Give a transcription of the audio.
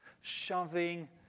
shoving